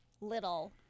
little